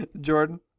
Jordan